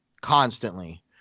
constantly